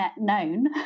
known